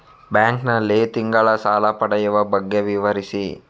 Bank ನಲ್ಲಿ ತಿಂಗಳ ಸಾಲ ಪಡೆಯುವ ಬಗ್ಗೆ ವಿವರಿಸಿ?